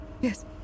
Yes